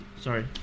Sorry